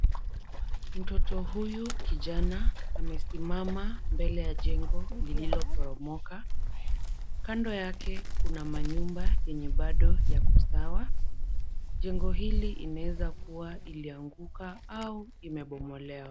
Mtoto huyu kijana amesimama mbele ya jengo lililo poromoka, kando yake kuna manyumba yenye bado yako sawa. Jengo hili inaweza kuwa ilianguka au imebomolewa.